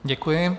Děkuji.